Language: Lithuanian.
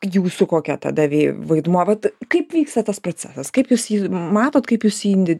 jūsų kokia tada vei vaidmuo vat kaip vyksta tas procesas kaip jūs jį matot kaip jūs jį indi